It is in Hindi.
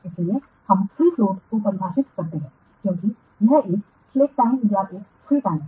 इसलिए हम फ्री फ्लोट को परिभाषित करते हैं क्योंकि यह एक सलेक टाइम या एक फ्री टाइम है